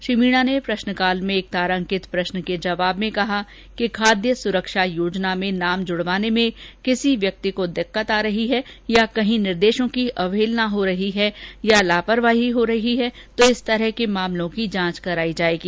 श्री मीणा ने प्रश्नकाल में एक तारांकित प्रष्न के जवाब में कहा कि खाद्य सुरक्षा योजना में नाम जुड़वाने में किसी व्यक्ति को दिक्कत आ रही है या कहीं निर्देशों की अवहेलना हो रही है या लापरवाही है तो इस तरह के मामलों की जांच करवाई जाएगी